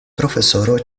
profesoro